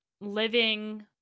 living